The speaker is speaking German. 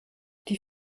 die